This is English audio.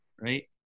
Right